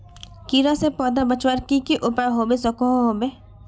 कीड़ा से पौधा बचवार की की उपाय होबे सकोहो होबे?